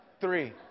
Three